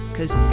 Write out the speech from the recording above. Cause